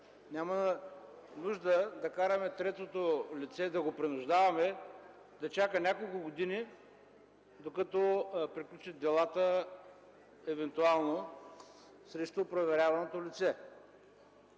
Няма нужда да караме третото лице, да го принуждаваме да чака няколко години, докато евентуално приключат делата срещу проверяваното лице.